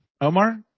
Omar